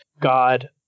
God